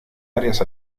áreas